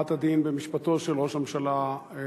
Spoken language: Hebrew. הכרעת הדין במשפטו של ראש הממשלה לשעבר.